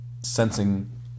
sensing